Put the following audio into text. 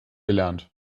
gelernt